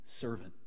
servant